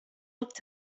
looked